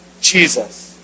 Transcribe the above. Jesus